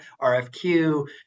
RFQ